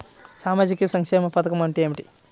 సామాజిక సంక్షేమ పథకం అంటే ఏమిటి?